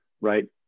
right